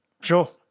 Sure